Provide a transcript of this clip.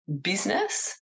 business